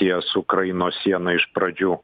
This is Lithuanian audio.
ties ukrainos siena iš pradžių